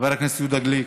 חבר הכנסת יהודה גליק,